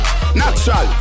Natural